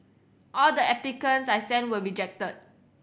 all the applications I sent were rejected